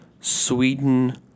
Sweden